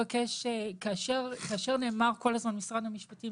כאשר נאמר כל הזמן משרד המשפטים,